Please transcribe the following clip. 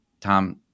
Tom